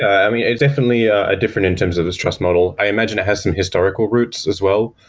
i mean, definitely ah different in terms of this trust model. i imagine it has some historical roots as well.